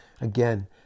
again